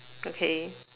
okay